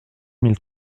mille